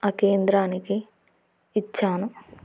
ఆ కేంద్రానికి ఇచ్చాను